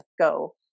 go